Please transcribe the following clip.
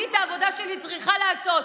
אני את העבודה שלי צריכה לעשות,